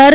R